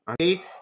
okay